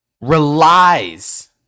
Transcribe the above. relies